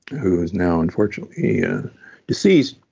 who is now unfortunately yeah deceased.